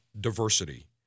diversity